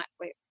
wait